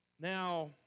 Now